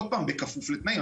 עוד פעם, בכפוף לתנאים.